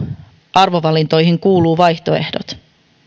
arvovalintoihin kuuluvat vaihtoehdot